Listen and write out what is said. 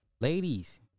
Ladies